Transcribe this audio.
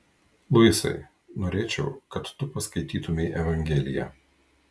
luisai norėčiau kad tu paskaitytumei evangeliją